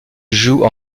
joue